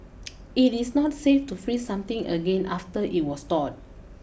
it is not safe to freeze something again after it was thawed